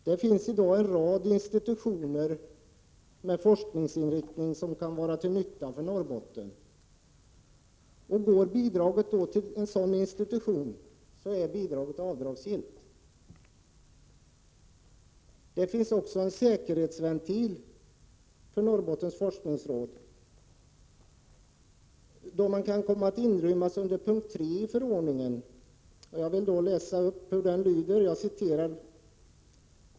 Det finns i dag en rad institutioner med forskningsinriktning som kan vara till nytta för Norrbotten, och går bidraget till en sådan institution så är det Det finns också en säkerhetsventil för Norrbottens forskningsråd, då det kan komma att inrymmas under punkt 3 i förordningen. Jag läser upp hur den lyder: | ”3.